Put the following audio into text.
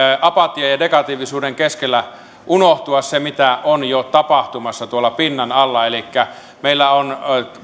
apatian ja negatiivisuuden keskellä unohtua se mitä on jo tapahtumassa tuolla pinnan alla elikkä meillä on